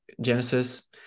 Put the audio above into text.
Genesis